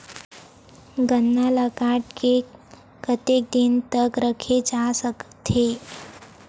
गन्ना ल काट के कतेक दिन तक रखे जा सकथे?